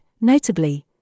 notably